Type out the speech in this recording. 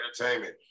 entertainment